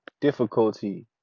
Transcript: difficulty